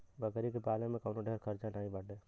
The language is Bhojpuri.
बकरी के पाले में कवनो ढेर खर्चा नाही बाटे